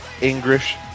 English